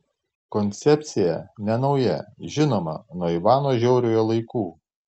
koncepcija nenauja žinoma nuo ivano žiauriojo laikų